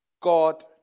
God